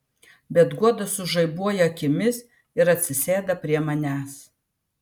bet guoda sužaibuoja akimis ir atsisėda prie manęs